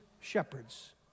shepherds